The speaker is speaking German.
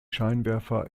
scheinwerfer